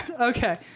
Okay